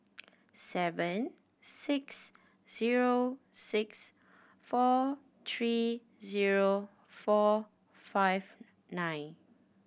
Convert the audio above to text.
seven six zero six four three zero four five nine